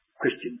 Christian